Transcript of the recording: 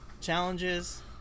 challenges